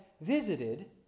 visited